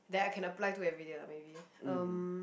then I can apply to everyday lah maybe um